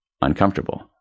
uncomfortable